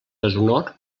deshonor